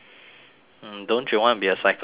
mm don't you want to be a psychologist